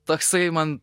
toksai man